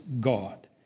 God